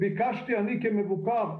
ביקשתי אני כמבוקר,